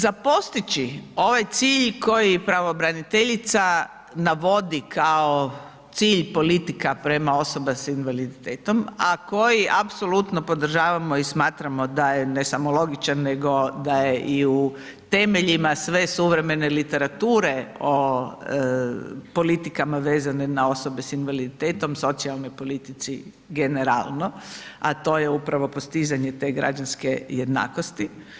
Za postići ovaj cilj koji pravobraniteljica navodi kao cilj, politika, prema osoba s invaliditetom, a koji apsolutno podržavamo i smatramo a je ne samo logičan, nego da je i u temeljima sve suvremene literature o politikama vezane na osobe s invaliditetom, socijalnoj politici generalno, a to je upravo postizanje te građanske jednakosti.